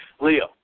Leo